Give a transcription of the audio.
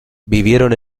vivieron